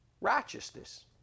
righteousness